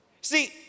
See